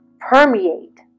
permeate